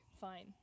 fine